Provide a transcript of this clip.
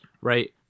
right